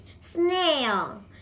Snail